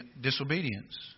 disobedience